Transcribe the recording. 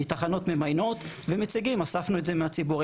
מתחנות ממיינות ומציגים אספנו את זה מהציבור.